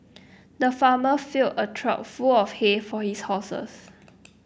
the farmer filled a trough full of hay for his horses